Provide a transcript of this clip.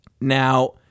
Now